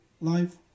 life